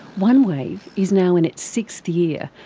onewave is now in its sixth year,